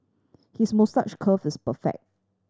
his moustache curl is perfect